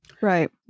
Right